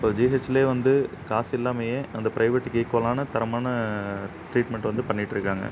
இப்போ ஜிஹெச்சிலே வந்து காசு இல்லாமேயே அந்த ப்ரைவேட்டுக்கு ஈக்குவலான தரமான ட்ரீட்மெண்ட் வந்து பண்ணிகிட்ருக்காங்க